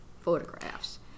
photographs